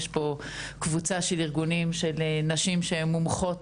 יש פה קבוצה של ארגונים של נשים שמומחות